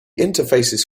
interfaces